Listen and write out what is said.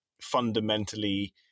fundamentally